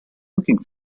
looking